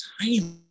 tiny